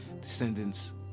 descendants